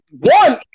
one